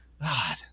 God